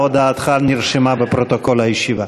הודעתך נרשמה בפרוטוקול הישיבה.